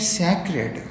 sacred